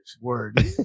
Word